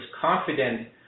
confident